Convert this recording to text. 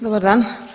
Dobar dan!